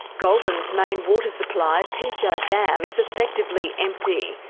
goulburn's main water supply, pejar dam, is effectively empty.